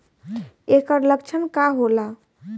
ऐकर लक्षण का होला?